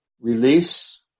Release